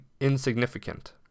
insignificant